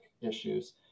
issues